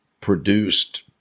produced